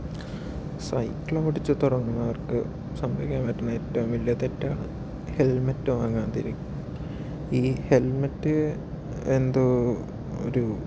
സൈക്കിളോടിച്ച് തുടങ്ങുന്നവർക്ക് സംഭവിക്കാൻ പറ്റുന്ന ഏറ്റവും വലിയ തെറ്റാണ് ഹെൽമറ്റ് വാങ്ങാതിരി ഈ ഹെൽമറ്റ് എന്തോ ഒരു